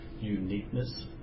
uniqueness